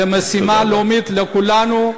זו משימה לאומית לכולנו.